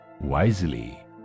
wisely